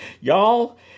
y'all